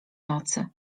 nocy